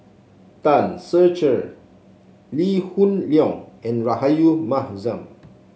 Tan Ser Cher Lee Hoon Leong and Rahayu Mahzam